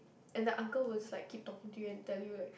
and the uncle was like keep talking to you and tell you like